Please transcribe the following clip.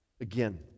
Again